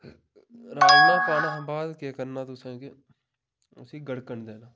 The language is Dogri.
राजमा पाने बा केह् करना तुसें कि उसी गड़कन देना